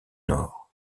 nord